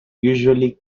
usually